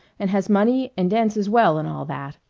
and has money and dances well, and all that.